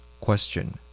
Question